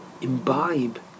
imbibe